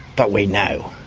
but we know.